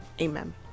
Amen